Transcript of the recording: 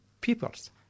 peoples